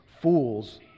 fools